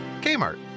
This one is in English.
Kmart